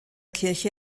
kirche